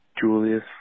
Julius